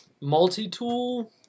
multi-tool